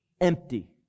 empty